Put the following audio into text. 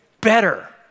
better